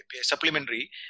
supplementary